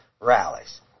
rallies